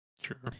Sure